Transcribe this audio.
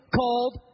called